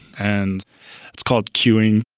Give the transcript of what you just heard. and it's called cueing.